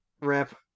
Rip